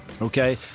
Okay